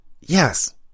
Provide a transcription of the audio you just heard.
yes